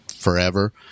Forever